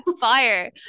fire